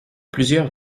plusieurs